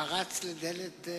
פרצת לדלת פתוחה.